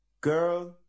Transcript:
Girl